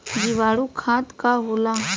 जीवाणु खाद का होला?